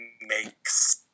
makes